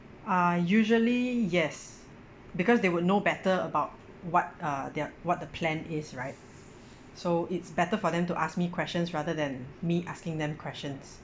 uh usually yes because they would know better about what uh they're what the plan is right so it's better for them to ask me questions rather than me asking them questions